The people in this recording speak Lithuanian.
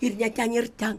ir ne ten ir ten